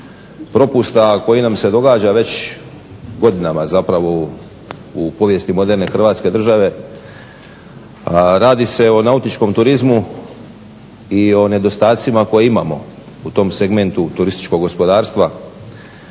propusta koji nam se događa već godinama zapravo u povijesti moderne Hrvatske države. Radi se o nautičkom turizmu i o nedostacima koje imamo u tom segmentu turističkog gospodarstva.